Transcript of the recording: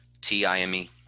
T-I-M-E